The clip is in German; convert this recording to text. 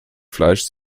fleisch